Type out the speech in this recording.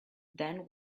than